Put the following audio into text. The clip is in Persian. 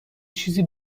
چیزی